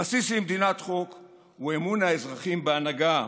הבסיס למדינת חוק הוא אמון האזרחים בהנהגה,